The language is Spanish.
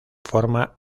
forma